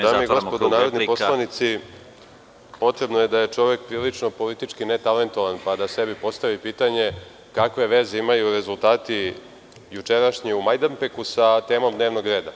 Dame i gospodo narodni poslanici, potrebno je da je čovek prilično politički netalentovan pa da sebi postavi pitanje kakve veze imaju rezultati jučerašnji u Majdanpeku sa temom dnevnog reda.